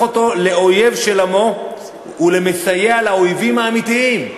אותו לאויב של עמו ולמסייע לאויבים האמיתיים.